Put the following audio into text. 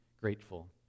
grateful